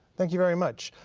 thank you very much.